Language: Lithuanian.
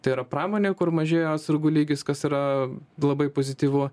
tai yra pramonė kur mažėjo atsargų lygis kas yra labai pozityvu